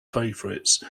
favourites